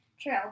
True